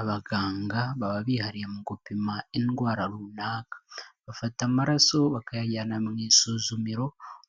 Abaganga baba bihariye mu gupima indwara runaka, bafata amaraso bakayajyana mu isuzumiro,